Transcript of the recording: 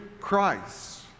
Christ